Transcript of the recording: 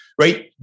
right